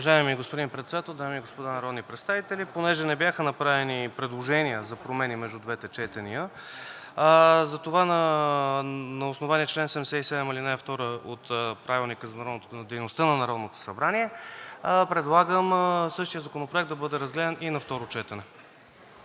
Уважаеми господин Председател, дами и господа народни представители! Понеже не бяха направени предложения за промени между двете четения, затова на основание чл. 77, ал. 2 от Правилника за дейността на Народното събрание предлагам същият законопроект да бъде разгледан и на второ четене.